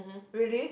really